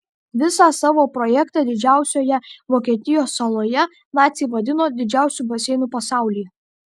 visą savo projektą didžiausioje vokietijos saloje naciai vadino didžiausiu baseinu pasaulyje